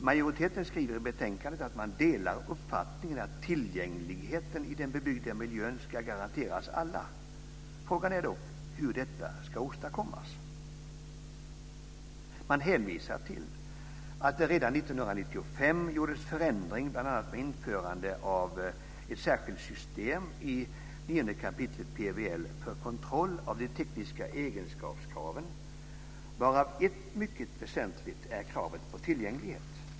Majoriteten skriver i betänkandet att man delar uppfattningen att tillgängligheten i den bebyggda miljön ska garanteras alla. Frågan är dock hur detta ska åstadkommas. Man hänvisar till att det redan 1995 gjordes förändringar bl.a. med införande av ett särskilt system i 9 kap. i PBL för kontroll av de tekniska egenskapskraven, varav ett mycket väsentligt är kravet på tillgänglighet.